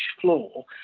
floor